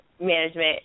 management